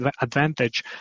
advantage